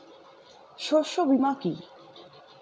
শস্য বীমা কি?